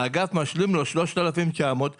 האגף משלים לו 3,900 שקלים.